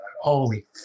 Holy